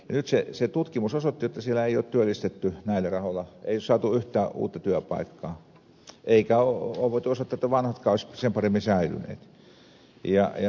nyt se tutkimus osoitti että siellä ei ole työllistetty näillä rahoilla ei ole saatu yhtään uutta työpaikkaa eikä ole voitu osoittaa että vanhatkaan olisi sen paremmin säilyneet